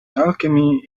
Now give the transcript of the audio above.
alchemy